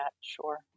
Sure